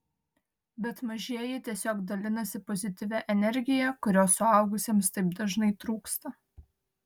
bet mažieji tiesiog dalinasi pozityvia energija kurios suaugusiems taip dažnai trūksta